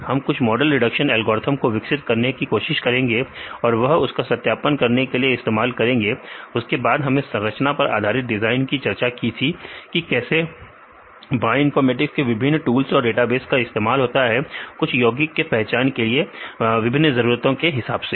हम कुछ model reduction algorithm को विकसित करने की कोशिश करेंगे और वह उसका सत्यापन करने के लिए इस्तेमाल करेंगे उसके बाद हमने संरचना पर आधारित डिजाइन की चर्चा की थी कि कैसे बायोइनफॉर्मेटिक्स के विभिन्न टूल्स और डेटाबेस का इस्तेमाल होता है कुछ योगिक के पहचान के लिए विभिन्न जरूरतों के हिसाब से